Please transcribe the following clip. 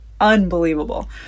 unbelievable